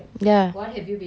ya